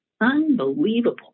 Unbelievable